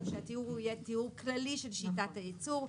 שהתיאור יהיה תיאור כללי של שיטת הייצור.